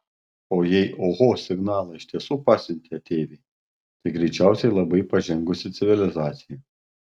o jei oho signalą iš tiesų pasiuntė ateiviai tai greičiausiai labai pažengusi civilizacija